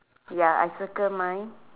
ya I circle mine